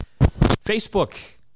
Facebook